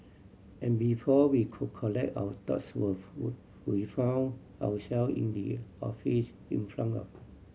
and before we could collect our thoughts we found our self in the office in front of